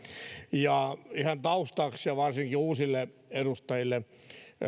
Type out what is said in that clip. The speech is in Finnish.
ihan taustaksi ja varsinkin uusille edustajille